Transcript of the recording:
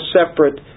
separate